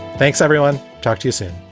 thanks, everyone. talk to you soon